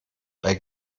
bei